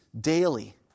daily